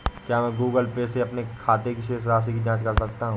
क्या मैं Google Pay से अपने खाते की शेष राशि की जाँच कर सकता हूँ?